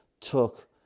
took